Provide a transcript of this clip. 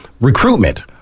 recruitment